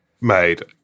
made –